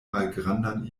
malgrandan